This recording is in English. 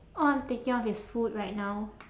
all I'm thinking of is food right now